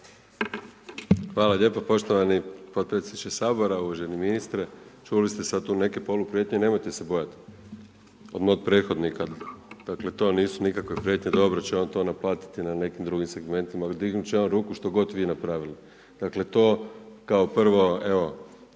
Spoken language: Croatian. Hvala lijepo poštovani potpredsjedniče Sabora, uvaženi ministre. Čuli ste sada tu neke poluprijetnje, nemojte se bojati, od mog prethodnika. Dakle to nisu nikakve prijetnje, dobro će on to naplatiti na nekim drugim segmentima, dignuti će on ruku što god vi napravili. Dakle to, kao prvo, evo